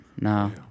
No